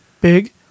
big